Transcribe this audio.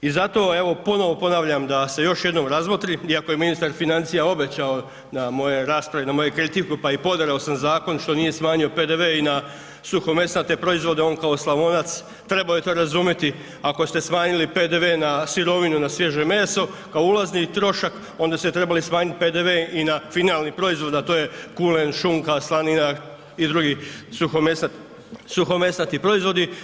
I zato evo, ponovo ponavljam da se još jednom razmotri iako je ministar financija obećao na mojoj raspravi, na moju kritiku pa i poderao sam zakon što nije smanjio PDV i na suhomesnate proizvode on kao Slavonac trebao je to razumjeti, ako ste smanjili PDV na sirovinu na svježe meso kao ulazni trošak onda ste trebali smanjiti PDV i na finalni proizvod, a to je kulen, šunka, slanina i drugi suhomesnati proizvodi.